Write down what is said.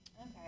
Okay